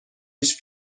هیچ